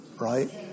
right